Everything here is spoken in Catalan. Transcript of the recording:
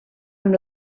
amb